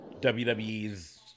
WWE's